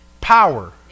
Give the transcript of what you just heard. Power